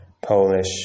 Polish